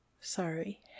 Sorry